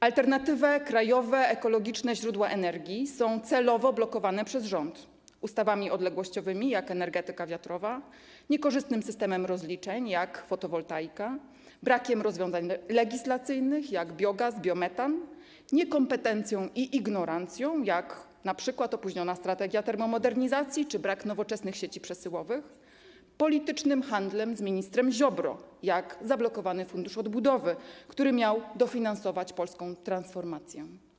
Alternatywne, krajowe, ekologiczne źródła energii są celowo blokowane przez rząd ustawami odległościowymi, jak w przypadku energetyki wiatrowej, niekorzystnym systemem rozliczeń, jak w przypadku fotowoltaiki, brakiem rozwiązań legislacyjnych, jak w przypadku biogazu, biometanu, niekompetencją i ignorancją, jak np. w przypadku opóźnionej strategii termomodernizacji czy braku nowoczesnych sieci przesyłowych, politycznym handlem z ministrem Ziobro, jak w przypadku zablokowanego Funduszu Odbudowy, który miał dofinansować polską transformację.